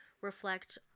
reflect